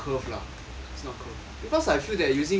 is not curve because I feel that using curve